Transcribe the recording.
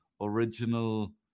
original